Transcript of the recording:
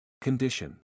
Condition